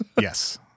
Yes